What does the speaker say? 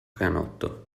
canotto